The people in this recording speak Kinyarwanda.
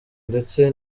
ndetse